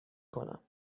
کنم